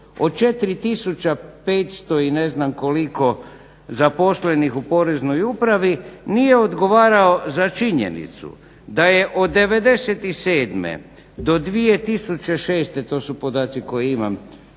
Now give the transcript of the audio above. od 4500 i ne znam koliko zaposlenih u Poreznoj upravi nije odgovarao za činjenicu da je o '97. do 2006. to su podaci koje imam,